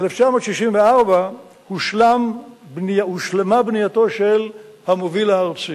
ב-1964 הושלמה בנייתו של המוביל הארצי.